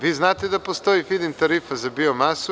Vi znate da postoji fiding tarifa za bio masu.